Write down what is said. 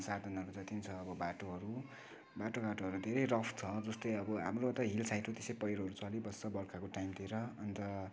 साधनहरू जति पनि छ अब बाटोहरू बाटोघाटोहरू धेरै रफ छ जस्तै अब हाम्रो त हिल साइड हो त्यसै पैह्रोहरू चलिबस्छ बर्खाको टाइमतिर अन्त